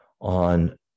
on